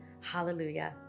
Hallelujah